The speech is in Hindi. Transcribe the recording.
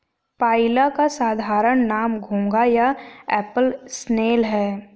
पाइला का साधारण नाम घोंघा या एप्पल स्नेल है